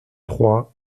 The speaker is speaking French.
trois